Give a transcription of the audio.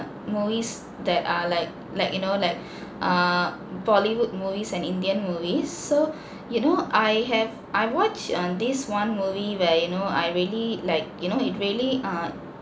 movies that are like like you know like err bollywood movies and indian movies so you know I have I watched uh this one movie where you know I really like you know it really err